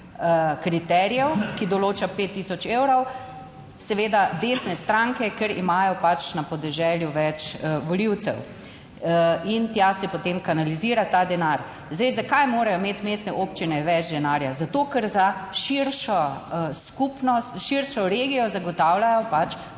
kriterijev, ki določa 5 tisoč evrov, seveda desne stranke, ker imajo pač na podeželju več volivcev in tja se potem kanalizira ta denar. Zdaj zakaj morajo imeti mestne občine več denarja? Zato, ker za širšo skupnost, širšo regijo zagotavljajo pač